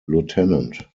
lieutenant